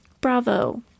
bravo